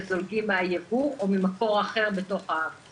נובעים מהייבוא או ממקור אחר בתוך הארץ